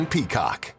Peacock